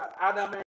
Adam